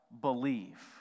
believe